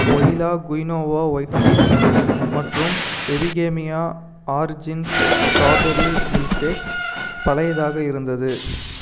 voila quinoa white seeds மற்றும் Epigamia Origins strawberry milkshake பழையதாக இருந்தது